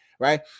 Right